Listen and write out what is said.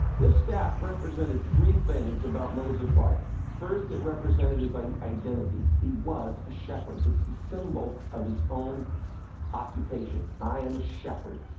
this staff represented three things about moses' life. first, it represented his identity he was a shepherd. it's the symbol of his own occupation i am a shepherd.